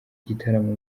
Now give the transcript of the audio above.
igitaramo